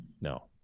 no